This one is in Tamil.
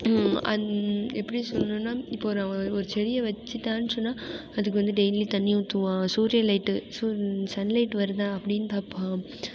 அந் எப்படி சொல்லணும்னால் இப்போது ஒரு அவன் ஒரு செடியை வச்சுட்டான்னு சொன்னால் அதுக்கு வந்து டெய்லி தண்ணி ஊற்றுவான் சூரியன் லைட்டு சூரியன் சன் லைட் வருதா அப்படின்னு பார்ப்பான்